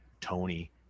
Tony